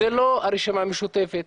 זו לא הרשימה המשותפת,